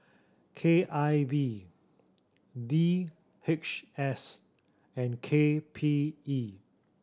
K I V D H S and K P E